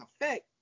effect